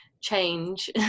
change